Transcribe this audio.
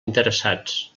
interessats